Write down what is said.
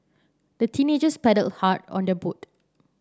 the teenagers paddled hard on their boat